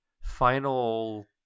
final